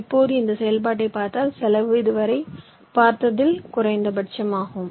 இப்போது இந்த செயல்பாட்டை பார்த்தால் செலவு இதுவரை பார்த்ததில் குறைந்தபட்சமாகும்